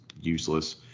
useless